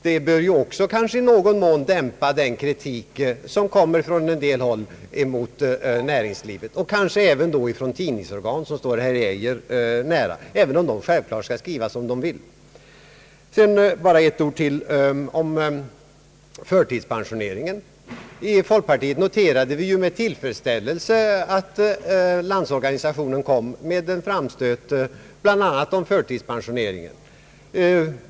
Det bör också i någon mån dämpa den kritik mot näringslivet som kommer från en del håll och även från tidningsorgan som står herr Geijer nära, även om de självklart skall skriva som de vill. Sedan bara ett ord om förtidspensioneringen. Inom folkpartiet noterade vi med tillfredsställelse att LO kom med en framstöt bl.a. om förtidspensioneringen.